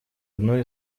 одной